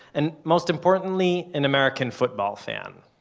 and most importantly, an american football fan